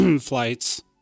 flights